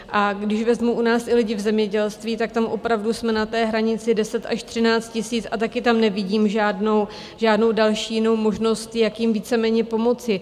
A když vezmu u nás i lidi v zemědělství, tak tam opravdu jsme na té hranici 10 až 13 tisíc a také tam nevidím žádnou další jinou možnost, jak jim víceméně pomoci.